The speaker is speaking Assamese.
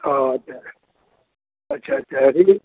অঁ আচ্চা আচ্চা আচ্চা হেৰি